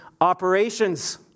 operations